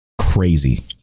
Crazy